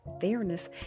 fairness